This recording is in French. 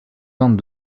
vingt